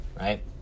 right